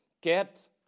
Get